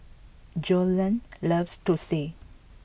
Joellen loves Thosai